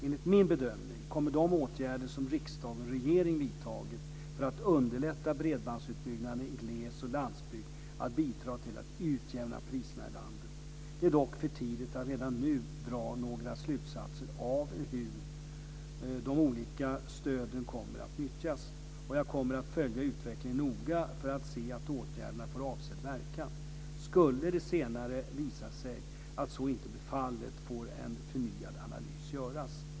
Enligt min bedömning kommer de åtgärder som riksdag och regering vidtagit för att underlätta bredbandsutbyggnaden i gles och landsbygd att bidra till att utjämna priserna i landet. Det är dock för tidigt att redan nu dra några slutsatser av hur de olika stöden kommer att nyttjas. Jag kommer att följa utvecklingen noga för att se att åtgärderna får avsedd verkan. Skulle det senare visa sig att så inte blir fallet får en förnyad analys göras.